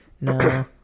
No